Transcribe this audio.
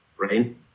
Right